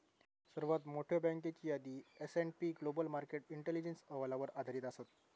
सर्वात मोठयो बँकेची यादी S and P global market intelligence अहवालावर आधारित असत